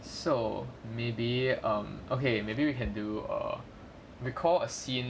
so maybe um okay maybe we can do err recall a scene